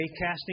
casting